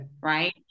Right